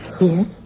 Yes